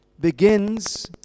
begins